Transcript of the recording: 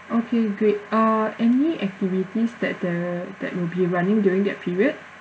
okay great uh any activities that there that will be running during that period